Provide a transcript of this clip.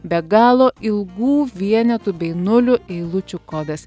be galo ilgų vienetų bei nulių eilučių kodas